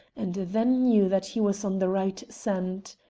and then knew that he was on the right scent.